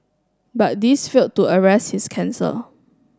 but these failed to arrest his cancer